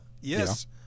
Yes